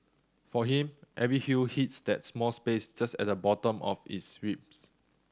for him every hue hits that small space just at the bottom of his ribs